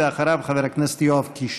אחריו, חבר הכנסת יואב קיש.